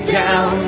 down